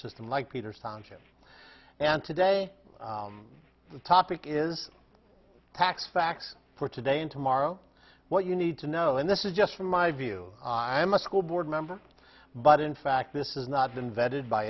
system like peters township and today the topic is tax facts for today and tomorrow what you need to know and this is just from my view i'm a school board member but in fact this is not been vetted by